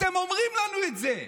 אתם אומרים לנו את זה,